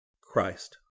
Christ